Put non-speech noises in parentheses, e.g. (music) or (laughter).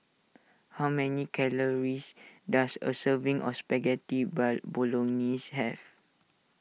how many calories does a serving of Spaghetti (unintelligible) Bolognese have